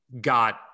got